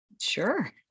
Sure